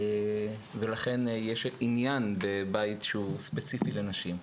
ולכן יש עניין בבית שהוא ספציפי לנשים.